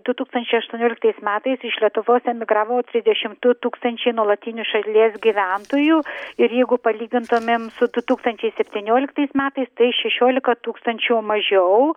du tūkstančiai aštuonioliktais metais iš lietuvos emigravo trisdešim du tūkstančiai nuolatinių šalies gyventojų ir jeigu palygintumėm su du tūkstančiai septynioliktais metais tai šešiolika tūkstančių mažiau